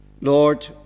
Lord